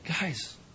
guys